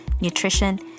nutrition